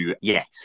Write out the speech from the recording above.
yes